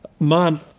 Man